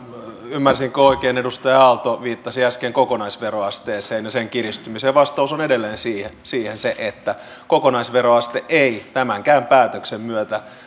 ymmärsinkö oikein että edustaja aalto viittasi äsken kokonaisveroasteeseen ja sen kiristymiseen vastaus on edelleen siihen se että kokonaisveroaste ei tämänkään päätöksen myötä